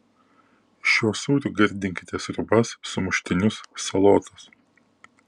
šiuo sūriu gardinkite sriubas sumuštinius salotas